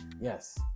Yes